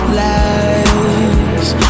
lies